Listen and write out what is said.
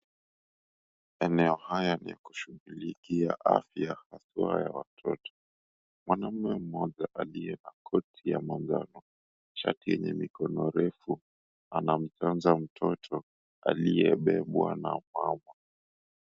Eneo haya ni ya kushughulikia afya haswa ya watoto. Mwanaume mmoja aliye na koti ya manjano, shati yenye mikono refu, anamkenza mtoto aliyebebwa na mama.